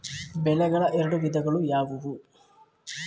ಬೆಳೆಗಳ ಎರಡು ವಿಧಗಳು ಯಾವುವು?